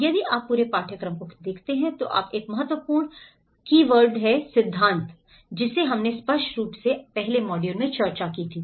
और यदि आप पूरे पाठ्यक्रम को देखते हैं तो आप एक महत्वपूर्ण कीवर्ड हैं सिद्धांत जिसे हमने स्पष्ट रूप से पहले मॉड्यूल में चर्चा की है